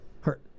hurt